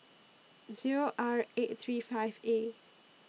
Zero R eight three five A